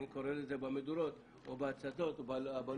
אני קורא לזה מדורות או בהצתות או בבלונים,